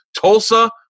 Tulsa